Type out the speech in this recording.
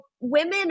women